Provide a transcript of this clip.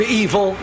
evil